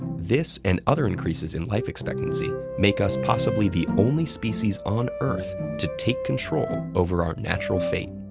this, and other increases in life expectancy make us possibly the only species on earth to take control over our natural fate.